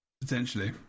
Potentially